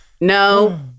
no